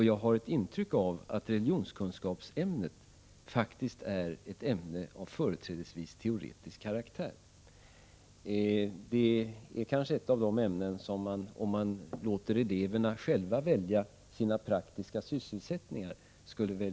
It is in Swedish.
Jag har ett intryck av att religionskunskapsämnet faktiskt är ett ämne av företrädesvis teoretisk karaktär. Det är kanske ett av de ämnen som eleverna skulle välja bort om man lät dem själva välja sina praktiska sysselsättningar.